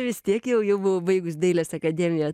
vis tiek jau jau buvau baigus dailės akademiją